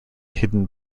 hidden